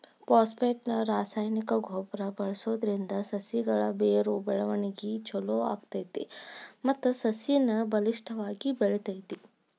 phosphate ನ ರಾಸಾಯನಿಕ ಗೊಬ್ಬರ ಬಳ್ಸೋದ್ರಿಂದ ಸಸಿಗಳ ಬೇರು ಬೆಳವಣಿಗೆ ಚೊಲೋ ಆಗ್ತೇತಿ ಮತ್ತ ಸಸಿನು ಬಲಿಷ್ಠವಾಗಿ ಬೆಳಿತೇತಿ